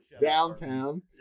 Downtown